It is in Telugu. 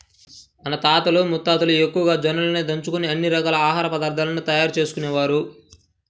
మన తాతలు ముత్తాతలు ఎక్కువగా జొన్నలనే దంచుకొని అన్ని రకాల ఆహార పదార్థాలను తయారు చేసుకునేవారు